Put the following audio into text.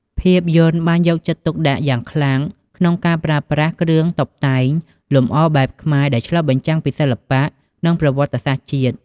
ភាពយន្តបានយកចិត្តទុកដាក់យ៉ាងខ្លាំងក្នុងការប្រើប្រាស់ គ្រឿងតុបតែងលម្អបែបខ្មែរ ដែលឆ្លុះបញ្ចាំងពីសិល្បៈ និងប្រវត្តិសាស្ត្រជាតិ។